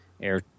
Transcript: air